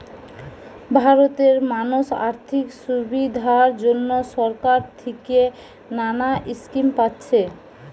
ভারতের মানুষ আর্থিক সুবিধার জন্যে সরকার থিকে নানা স্কিম পাচ্ছে